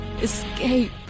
escape